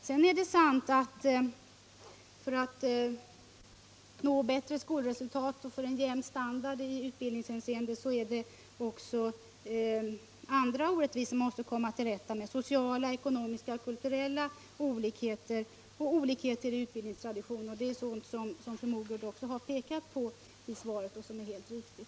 Sedan är det sant att vi för att uppnå bättre skolresultat och få en jämn standard i utbildningshänseende måste komma till rätta också med andra orättvisor — sociala, ekonomiska och kulturella — och olikheter i utbildningstradition. Det har fru Mogård även pekat på i svaret, och det är helt riktigt.